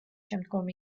შემდგომ